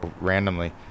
randomly